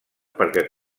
perquè